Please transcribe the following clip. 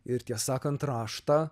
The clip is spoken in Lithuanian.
ir tiesą sakant raštą